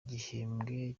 gihembwe